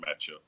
matchup